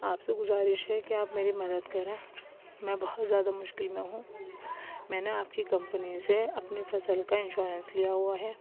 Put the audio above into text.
آپ سے گزارش ہے کہ آپ میری مدد کریں میں بہت زیادہ مشکل میں ہوں میں نے آپ کی کمپنی سے اپنی فصل کا انشورنس لیا ہوا ہے